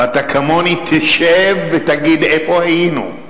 ואתה כמוני תשב ותגיד איפה היינו,